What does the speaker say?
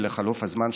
ולחלוף הזמן,